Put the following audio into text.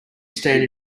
stand